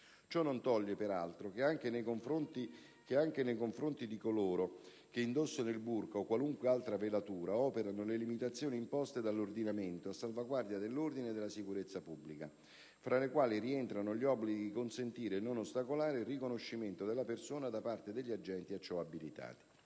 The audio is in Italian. Ciò non toglie, peraltro, che anche nei confronti di coloro che indossano il *burqa*, o qualunque altra velatura, operano le limitazioni imposte dall'ordinamento a salvaguardia dell'ordine e della sicurezza pubblica, fra le quali rientrano gli obblighi di consentire e non ostacolare il riconoscimento della persona da parte degli agenti a ciò abilitati.